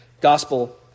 gospel